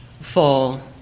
fall